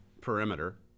perimeter